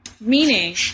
meaning